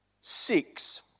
six